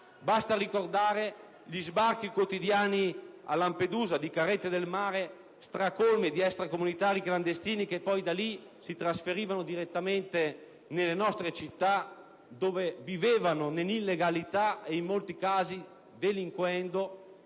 Basta ricordare gli sbarchi quotidiani a Lampedusa di carrette del mare stracolme di extracomunitari clandestini, che poi da lì si trasferivano direttamente nelle nostre città, dove vivevano nell'illegalità e in molti casi delinquendo,